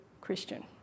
Christian